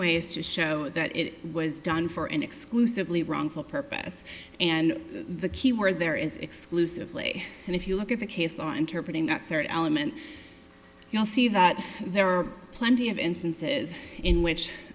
is to show that it was done for an exclusively wrongful purpose and the key word there is exclusively and if you look at the case law interpreting that certain element you'll see that there are plenty of instances in which